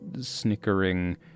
snickering